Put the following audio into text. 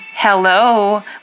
Hello